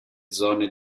zone